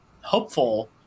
hopeful